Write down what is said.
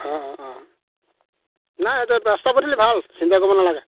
অ' অ' অ' নাই ইয়াত ৰাস্তা পদুলি ভাল চিন্তা কৰিব নালাগে